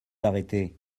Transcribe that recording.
arrêter